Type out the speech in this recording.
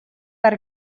per